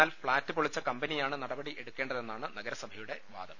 എന്നാൽ ഫ്ളാറ്റ് പൊളിച്ച കമ്പനിയാണ് നടപടി എടുക്കേണ്ടതെ ന്നാണ് നഗരസഭയുടെ വാദം